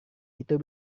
itu